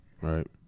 right